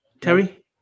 Terry